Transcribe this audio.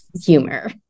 humor